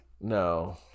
No